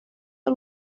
ari